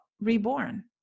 reborn